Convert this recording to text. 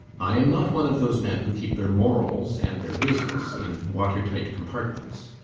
i am not one of those men who keep their morals and their business in watertight compartments.